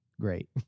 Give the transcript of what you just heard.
great